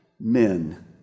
men